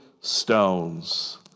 stones